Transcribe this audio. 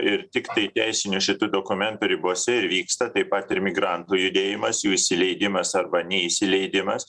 ir tiktai teisinių šitų dokumentų ribose ir vyksta taip pat ir migrantų judėjimas jų įsileidimas arba neįsileidimas